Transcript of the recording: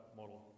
model